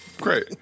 great